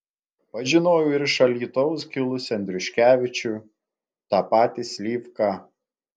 pažinojau ir iš alytaus kilusį andriuškevičių tą patį slivką